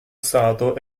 stato